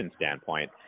standpoint